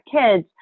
kids